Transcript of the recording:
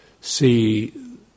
see